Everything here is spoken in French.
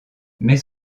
mais